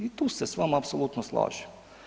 I tu se s vama apsolutno slažem.